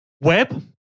Web